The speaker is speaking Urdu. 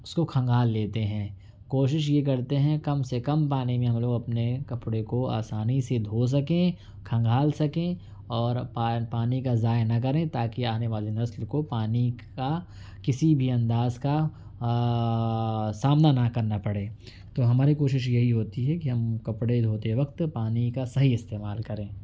اس کو کھنگال لیتے ہیں کوشش یہ کرتے ہیں کم سے کم پانی میں ہم لوگ اپنے کپڑے کو آسانی سے دھو سکیں کھنگال سکیں اور پانی کا ضائع نہ کریں تاکہ آپ آنے والی نسل کو پانی کا کسی بھی انداز کا سامنا نہ کرنا پڑے کہ ہماری کوشش یہی ہوتی ہے کہ ہم کپڑے دھوتے وقت پانی کا صحیح استعمال کریں